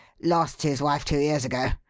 lost his wife two years ago.